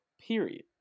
period